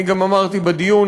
אני גם אמרתי בדיון,